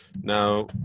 Now